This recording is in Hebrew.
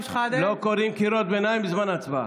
קוראים קריאות ביניים בזמן ההצבעה.